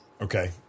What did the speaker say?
Okay